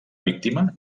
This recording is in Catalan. víctima